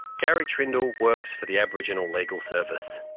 gary trindall works for the aboriginal legal service.